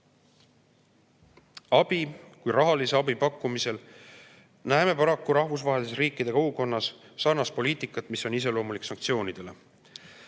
abi kui ka rahalise abi pakkumisel näeme paraku rahvusvahelises riikide kogukonnas sarnast poliitikat, mis on iseloomulik sanktsioonidele.